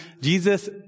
Jesus